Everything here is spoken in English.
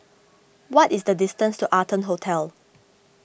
what is the distance to Arton Hotel